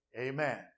amen